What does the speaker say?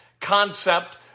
concept